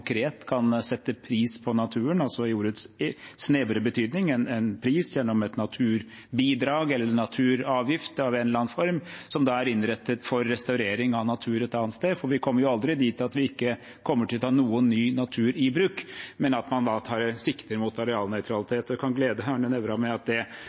kan sette pris på naturen, altså i ordets snevre betydning, en pris gjennom et naturbidrag eller en naturavgift i en eller annen form, som er innrettet for restaurering av natur et annet sted – for vi kommer jo aldri dit at vi ikke kommer til å ta noen ny natur i bruk, men at man tar sikte mot arealnøytralitet. Jeg kan glede Arne Nævra med at det